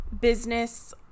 business